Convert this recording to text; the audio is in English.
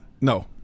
No